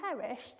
perished